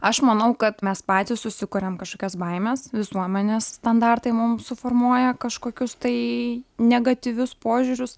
aš manau kad mes patys susikuriam kažkokias baimes visuomenės standartai mums suformuoja kažkokius tai negatyvius požiūrius